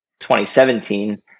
2017